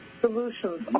Solutions